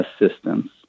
assistance